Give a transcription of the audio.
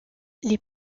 les